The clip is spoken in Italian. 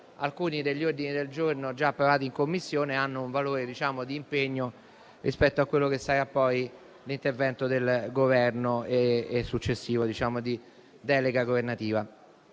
alcuni degli ordini del giorno già approvati in Commissione hanno un valore d'impegno rispetto quello che sarà poi l'intervento del Governo e la successiva delega.